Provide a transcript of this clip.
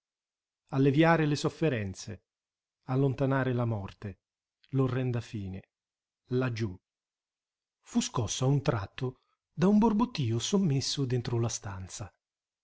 alleviare le sofferenze allontanare la morte l'orrenda fine laggiù fu scosso a un tratto da un borbottio sommesso dentro la stanza